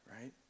Right